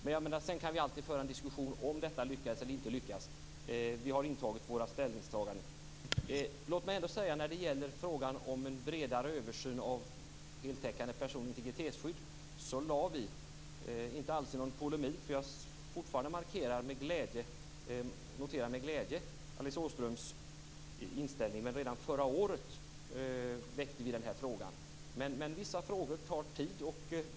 Vi kan alltid föra en diskussion om huruvida man lyckas. Vi har gjort våra ställningstaganden. Redan förra året väckte vi frågan om en bredare översyn av det heltäckande personliga integritetsskyddet. Det var inte i polemik mot någon annan. Jag noterar med glädje Alice Åströms inställning. Vissa frågor tar tid.